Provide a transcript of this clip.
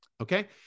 okay